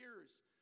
years